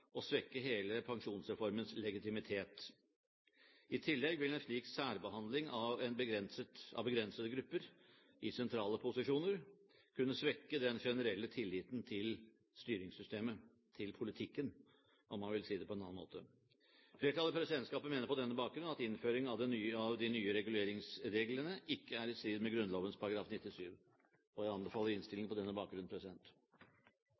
og svekke hele pensjonsreformens legitimitet. I tillegg vil en slik særbehandling av begrensede grupper i sentrale posisjoner kunne svekke den generelle tilliten til styringssystemet – til politikken, om man vil si det på en annen måte. Flertallet i presidentskapet mener på denne bakgrunn at innføringen av de nye reguleringsreglene ikke er i strid med Grunnloven § 97, og jeg anbefaler